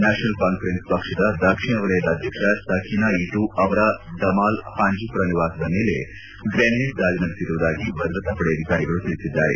national Conference ಪಕ್ಷದ ದಕ್ಷಿಣ ವಲಯದ ಅಧ್ಯಕ್ಷ ಸಖಿನ ಇಟೂ ಅವರ ದಮಾಲ್ ಹಾಂಜಿಪೊರ ನಿವಾಸದ ಮೇಲೆ ಗ್ರೆನೆಡ್ ದಾಳಿ ನಡೆಸಿರುವುದಾಗಿ ಭದ್ರತಾಪಡೆ ಅಧಿಕಾರಿಗಳು ತಿಳಿಸಿದ್ದಾರೆ